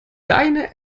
deine